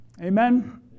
Amen